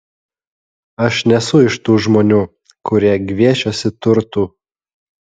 aš nesu iš tų žmonių kurie gviešiasi turtų